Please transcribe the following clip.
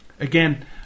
Again